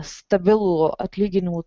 stabilų atlyginimų